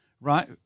right